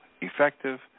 effective